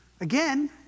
Again